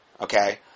Okay